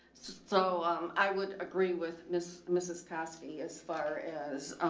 so, um, i would agree with miss mrs kosky as far as,